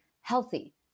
healthy